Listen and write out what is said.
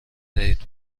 دهید